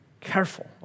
careful